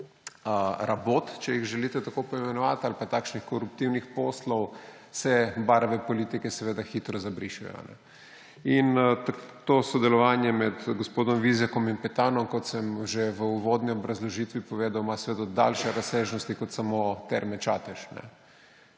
če jih želite tako poimenovati, ali pa takšnih koruptivnih poslov, se barve politike hitro zabrišejo. In to sodelovanje med gospodom Vizjakom in Petanom, kot sem že v uvodni obrazložitvi povedal, ima daljše razsežnosti kot samo Terme Čatež.